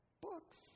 books